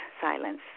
silence